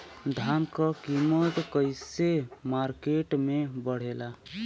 धान क कीमत कईसे मार्केट में बड़ेला?